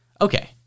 Okay